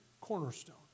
cornerstone